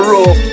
rule